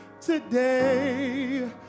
Today